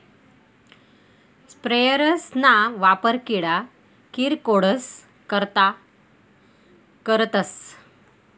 sprayers ना वापर किडा किरकोडस करता करतस